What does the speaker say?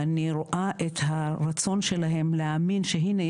ואני רואה את הרצון שלהן להאמין שהנה,